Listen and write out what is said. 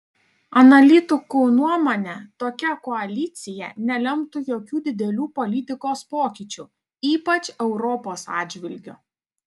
analitikų nuomone tokia koalicija nelemtų jokių didelių politikos pokyčių ypač europos atžvilgiu